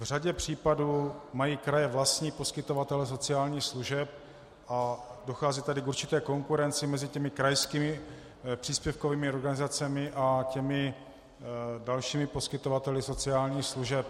V řadě případů mají kraje vlastní poskytovatele sociálních služeb a dochází tady k určité konkurenci mezi krajskými příspěvkovými organizacemi a těmi dalšími poskytovateli sociálních služeb.